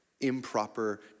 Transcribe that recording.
improper